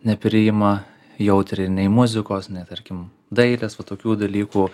nepriima jautriai nei muzikos nei tarkim dailės va tokių dalykų